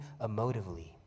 emotively